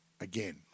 again